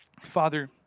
Father